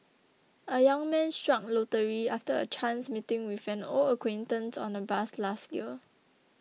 a young man struck lottery after a chance meeting with an old acquaintance on a bus last year